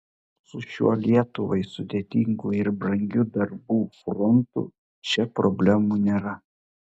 su šiuo lietuvai sudėtingu ir brangiu darbų frontu čia problemų nėra